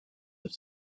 have